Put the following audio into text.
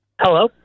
Hello